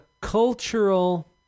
cultural